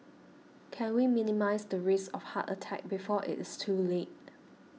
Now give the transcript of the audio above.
can we minimise the risk of heart attack before it is too late